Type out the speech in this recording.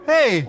Hey